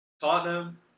Tottenham